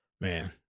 Man